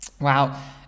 Wow